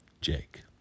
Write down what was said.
Jake